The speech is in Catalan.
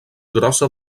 grossa